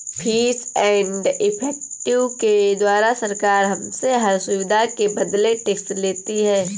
fees and effective के द्वारा सरकार हमसे हर सुविधा के बदले टैक्स लेती है